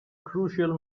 crucial